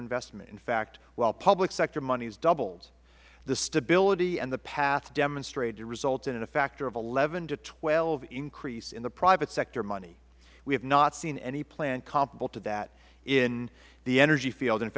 investment in fact while public sector moneys doubled the stability and the path demonstrated resulted in a factor of eleven to twelve increase in the private sector money we have not seen any plan comparable to that in the energy field